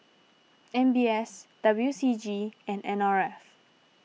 M B S W C G and N R F